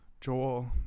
Joel